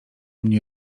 mnie